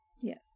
Yes